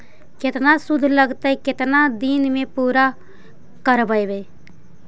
केतना शुद्ध लगतै केतना दिन में पुरा करबैय?